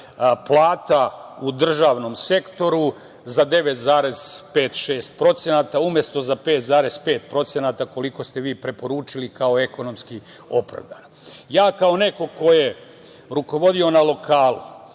plata u državnom sektoru za 9,5% ili 9,6%, umesto za 5,5% koliko ste vi preporučili kao ekonomski opravdano. Ja kao neko ko je rukovodio na lokalu